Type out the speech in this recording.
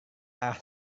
arah